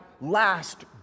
last